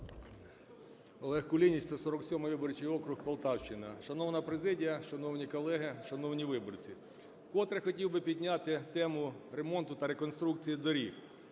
Олег Кулініч, 147 виборчий округ, Полтавщина. Шановна президія, шановні колеги, шановні виборці! Вкотре хотів би підняти тему ремонту та реконструкції доріг.